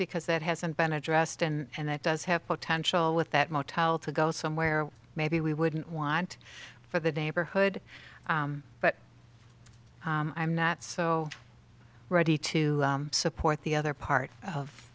because that hasn't been addressed and that does have potential with that motel to go somewhere maybe we wouldn't want for the neighborhood but i'm not so ready to support the other part of